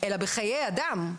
אלא בחיי אדם,